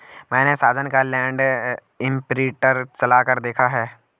मैने साजन का लैंड इंप्रिंटर चलाकर देखा है